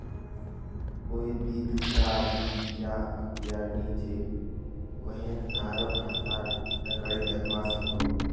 कोए भी दुसरा आदमीक इरा अख्तियार नी छे व्हेन कहारों खातार जानकारी दाखवा सकोह